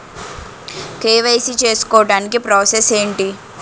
KYC చేసుకోవటానికి process ఏంటి?